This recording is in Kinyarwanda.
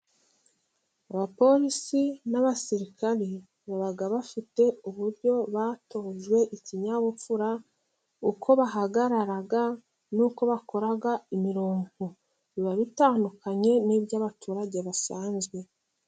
Abapolisi n'abasirikari baba bafite uburyo batojwe ikinyabupfura; uko bahagarara n'uko bakora imirongo. Biba bitandukanye n'iby'abaturage basanzwe.